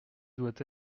doit